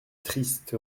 triste